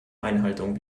einhaltung